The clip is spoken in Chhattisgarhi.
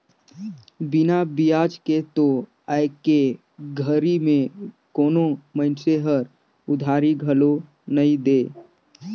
बिना बियाज के तो आयके घरी में कोनो मइनसे हर उधारी घलो नइ दे